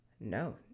No